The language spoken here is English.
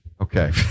Okay